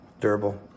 durable